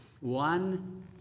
one